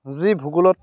যি ভূগোলত